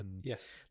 Yes